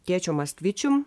tėčio maskvičium